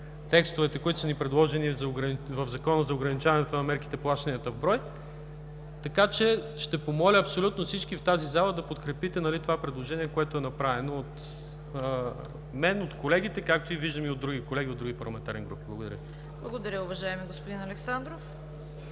текстовете, които са ни предложени в Закона за ограничаването на мерките и плащанията в брой. Така че ще помоля абсолютно всички в тази зала да подкрепите това предложение, което е направено от мен, от колегите, както виждам и от други колеги от други парламентарни групи. Благодаря. ПРЕДСЕДАТЕЛ ЦВЕТА КАРАЯНЧЕВА: Благодаря, уважаеми господин Александров.